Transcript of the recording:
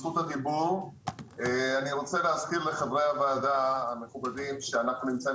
אני רוצה להזכיר לחברי הוועדה המכובדים שאנחנו נמצאים